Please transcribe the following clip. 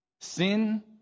Sin